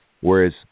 Whereas